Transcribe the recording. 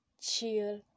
chill